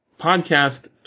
podcast